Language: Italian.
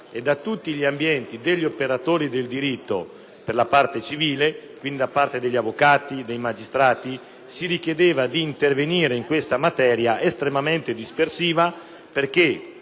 Da tutti gli ambienti degli operatori del diritto, per la parte civile (quindi da parte degli avvocati e dei magistrati), si richiedeva di intervenire in questa materia estremamente dispersiva, perche´